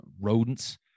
rodents